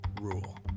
rule